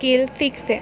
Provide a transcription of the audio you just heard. skill શીખશે